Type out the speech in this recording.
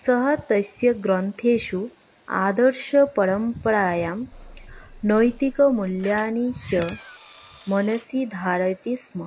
सः तस्य ग्रन्थेषु आदर्शपरम्परायां नैतिकमूल्यानि च मनसि धारयति स्म